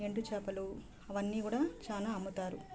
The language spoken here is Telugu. ఎండు చేపలు అవన్నీ కూడా చాలా అమ్ముతారు